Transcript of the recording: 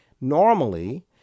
Normally